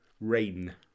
Rain